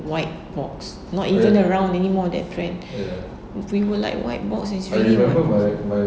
white box not even around anymore that brand we were like white box is really what